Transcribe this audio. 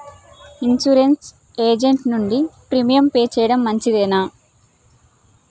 Insurance agent నుండి premium pay చేయడం మంచిదేనా?